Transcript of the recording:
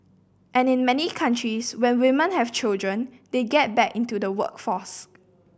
and in many countries when women have children they get back into the workforce